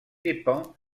dépend